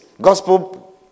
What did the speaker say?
Gospel